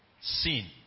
sin